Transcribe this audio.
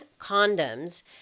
condoms